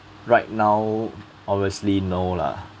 right now obviously no lah